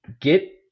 get